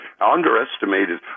underestimated